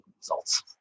results